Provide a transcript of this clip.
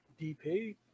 DP